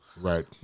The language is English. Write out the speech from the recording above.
Right